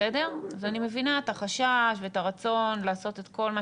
אני מבינה את החשש ואת הרצון לעשות את כל מה